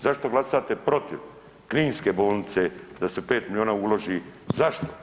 Zašto glasate protiv kninske bolnice da se 5 milijuna uloži, zašto?